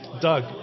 Doug